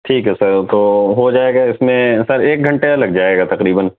ٹھیک ہے سر تو ہو جائے گا اِس میں سر ایک گھنٹے لگ جائے گا تقریباََ